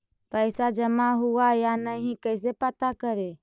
पैसा जमा हुआ या नही कैसे पता करे?